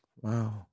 wow